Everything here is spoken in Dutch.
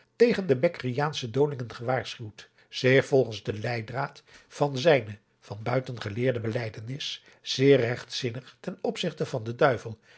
tegen de bekkeriaansche dolingen gewaarschuwd zich volgens den leiddraad van zijne van buiten geleerde belijdenis zeer regtzinnig ten opzigte van den duivel